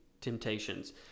temptations